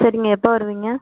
சரிங்க எப்போ வருவிங்க